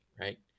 right